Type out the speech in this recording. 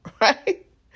right